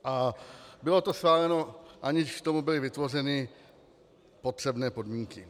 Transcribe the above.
A bylo to schváleno, aniž k tomu byly vytvořeny potřebné podmínky.